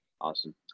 Awesome